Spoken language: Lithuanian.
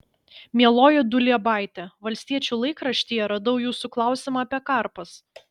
mieloji duliebaite valstiečių laikraštyje radau jūsų klausimą apie karpas